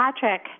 Patrick